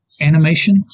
animation